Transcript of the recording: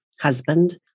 husband